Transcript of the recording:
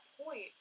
point